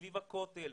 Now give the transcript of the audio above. סביב הכותל,